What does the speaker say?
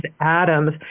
Adams